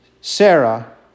Sarah